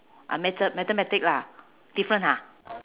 uh mathe~ mathematic lah different ha